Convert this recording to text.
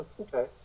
Okay